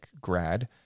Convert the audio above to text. grad